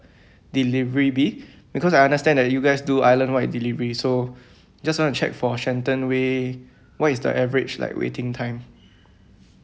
delivery be because I understand that you guys do island wide delivery so just want to check for shenton way what is the average like waiting time